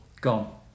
Gone